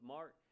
Mark